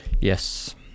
Yes